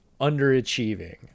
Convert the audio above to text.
underachieving